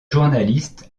journaliste